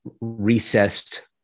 recessed